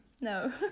no